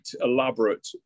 elaborate